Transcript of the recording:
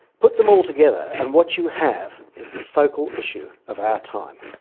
put them all together and what you have is the focal issue of our time.